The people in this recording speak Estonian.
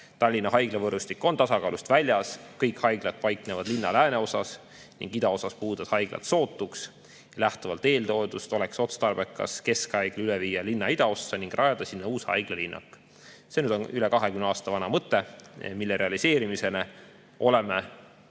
Tallinna haiglavõrgustik on tasakaalust väljas: kõik haiglad paiknevad linna lääneosas, idaosas puuduvad haiglad sootuks. Lähtuvalt eeltoodust oleks otstarbekas viia keskhaigla üle linna idaossa ning rajada sinna uus haiglalinnak. See on üle 20 aasta vana mõte, mille realiseerimisele oleme,